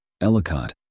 Ellicott